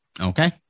Okay